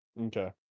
Okay